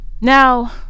Now